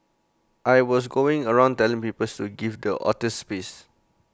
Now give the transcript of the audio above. I was going around telling people to give the otters space